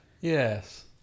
yes